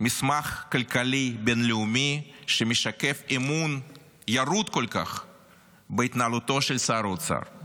מסמך כלכלי בין-לאומי שמשקף אמון ירוד כל כך בהתנהלותו של שר האוצר.